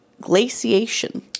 glaciation